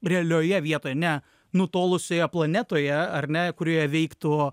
realioje vietoje ne nutolusioje planetoje ar ne kurioje veiktų